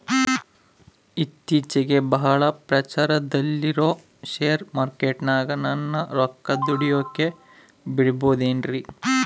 ಇತ್ತೇಚಿಗೆ ಬಹಳ ಪ್ರಚಾರದಲ್ಲಿರೋ ಶೇರ್ ಮಾರ್ಕೇಟಿನಾಗ ನನ್ನ ರೊಕ್ಕ ದುಡಿಯೋಕೆ ಬಿಡುಬಹುದೇನ್ರಿ?